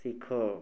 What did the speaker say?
ଶିଖ